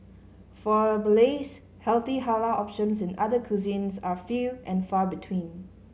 for Malays healthy halal options in other cuisines are few and far between